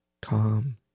calm